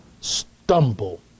stumble